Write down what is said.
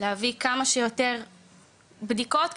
להביא כמה שיותר בדיקות,